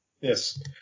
yes